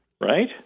right